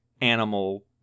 animal